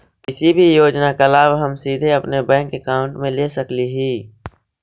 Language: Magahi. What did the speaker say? किसी भी योजना का लाभ हम सीधे अपने बैंक अकाउंट में ले सकली ही?